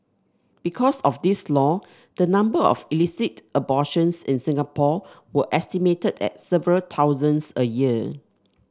because of this law the number of illicit abortions in Singapore were estimated at several thousands a year